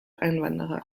einwanderer